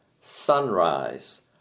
Sunrise